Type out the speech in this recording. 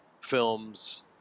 films